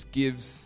gives